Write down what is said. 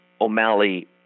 O'Malley